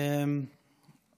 (שינוי מתכונת האסדרה בתחום הבזק),